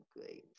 great